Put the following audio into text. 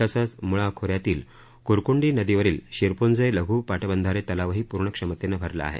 तसचं मूळा खोऱ्यातील क्रकंडी नदीवरील शिरपंजे लघ् पाटबंधारे तलावही पूर्ण क्षमतेनं भरला आहे